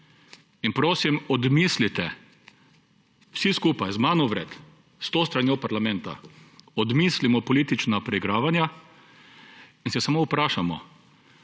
In prosim, odmislite, vsi skupaj, z mano vred, s to stranjo parlamenta, odmislimo politična preigravanja in se samo vprašajmo,